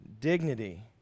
dignity